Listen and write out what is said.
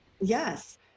Yes